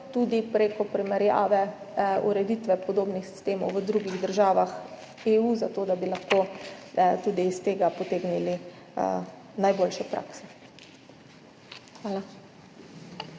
tudi prek primerjave ureditve podobnih sistemov v drugih državah EU, zato da bi lahko tudi iz tega potegnili najboljše prakse. Hvala.